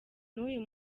n’uyu